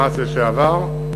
מע"צ לשעבר: